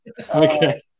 Okay